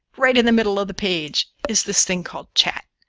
right in the middle of the page, is this thing called chat.